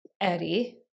Eddie